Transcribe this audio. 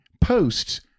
posts